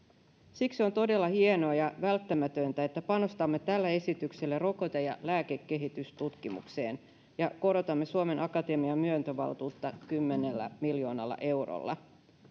siksi on todella hienoa ja välttämätöntä että panostamme tällä esityksellä rokote ja lääkekehitystutkimukseen ja korotamme suomen akatemian myöntövaltuutta kymmenellä miljoonalla eurolla